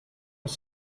was